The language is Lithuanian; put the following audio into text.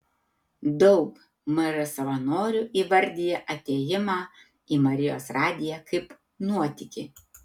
daug mr savanorių įvardija atėjimą į marijos radiją kaip nuotykį